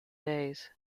days